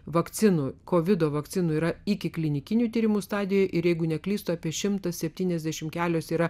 vakcinų kovido vakcinų yra ikiklinikinių tyrimų stadijoje ir jeigu neklystu apie šimtas septyniasdešimt kelios yra